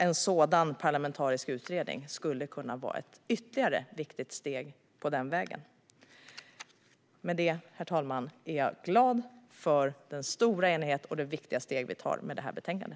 En parlamentarisk utredning skulle kunna vara ytterligare ett viktigt steg på denna väg. Herr talman! Jag är glad över den stora enigheten i utskottet och det viktiga steg vi tar med detta betänkande.